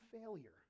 failure